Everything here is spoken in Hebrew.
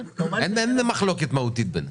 אין מחלוקת מהותית ביניהם.